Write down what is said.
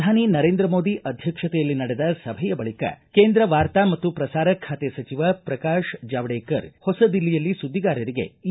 ಪ್ರಧಾನಿ ನರೇಂದ್ರ ಮೋದಿ ಅಧ್ಯಕ್ಷತೆಯಲ್ಲಿ ನಡೆದ ಸಭೆಯ ಬಳಿಕ ಕೇಂದ್ರ ವಾರ್ತಾ ಮತ್ತು ಶ್ರಸಾರ ಖಾತೆ ಸಚಿವ ಪ್ರಕಾಶ್ ಜಾವಡೇಕರ್ ಹೊಸ ದಿಲ್ಲಿಯಲ್ಲಿ ಸುದ್ದಿಗಾರರಿಗೆ ಈ ಮಾಹಿತಿ ನೀಡಿದರು